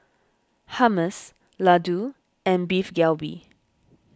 Hummus Ladoo and Beef Galbi